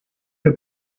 für